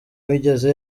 wigeze